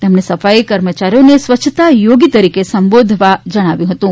તેમણે સફાઈ કર્મચારીઓને સ્વ ચ્છતા યોગી તરીકે સંબોધવા જણાવ્યુ હતું